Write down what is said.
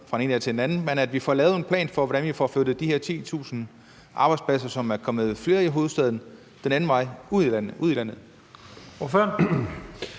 fra den ene dag til den anden, men at vi får lavet en plan for, hvordan vi får flyttet de her 10.000 arbejdspladser, som antallet af arbejdspladser er øget med i hovedstaden, den anden vej, ud i landet.